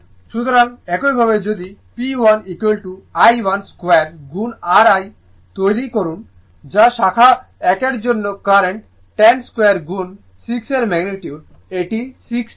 সুতরাং একইভাবে যদি P 1I 1 স্কোয়ার গুণ R 1 তৈরি করুন যা শাকা 1 এর জন্য কারেন্ট 10 স্কোয়ার গুণ 6 এর ম্যাগনিটিউড এটি 600 ওয়াট